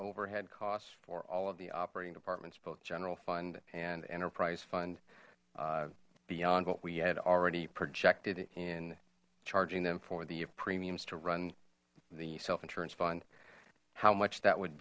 overhead costs for all of the operating departments both general fund and enterprise fund beyond what we had already projected in charging them for the premiums to run the self insurance fund how much that would